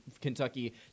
Kentucky